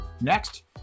Next